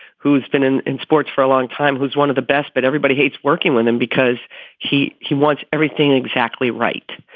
who's been in in sports for a long time, who's one of the best. but everybody hates working with them because he he wants everything exactly right.